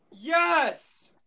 Yes